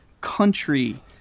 country